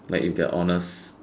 like if they are honest